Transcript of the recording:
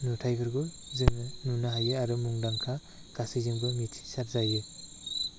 नुथाइफोरबो जोङो नुनो हायो आरो मुदांखा गासैजोंबो मिथिसार जायो